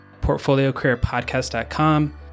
portfoliocareerpodcast.com